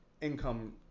income